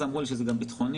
אז אמרו לי שזה גם ביטחוני.